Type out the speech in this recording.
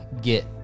get